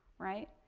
right.